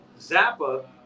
Zappa